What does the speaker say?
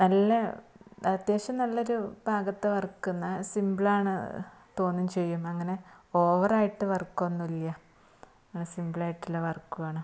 നല്ല അത്യാവശ്യം നല്ല ഒരു പാകത്തവർക്കുന്ന സിമ്പിളാണ് തോന്നുകയും ചെയ്യും അങ്ങനെ ഓവറായിട്ട് വര്ക്കൊന്നുമില്ല അങ്ങനെ സിമ്പിളായിട്ടുള്ള വര്ക്കുമാണ്